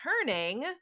turning